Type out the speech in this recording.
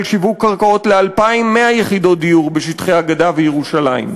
על שיווק קרקעות ל-2,100 יחידות דיור בשטחי הגדה וירושלים.